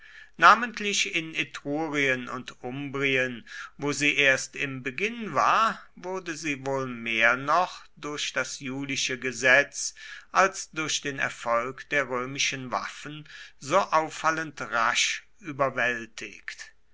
namentlich in etrurien und umbrien wo sie erst im beginn war wurde sie wohl mehr noch durch das julische gesetz als durch den erfolg der römischen waffen so auffallend rasch überwältigt